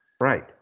Right